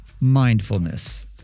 Mindfulness